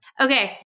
Okay